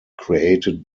created